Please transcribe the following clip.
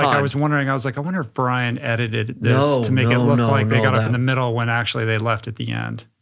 i was wondering, i was like, i wonder if bryan edited this to make it look like they got ah in the middle when actually they left at the end?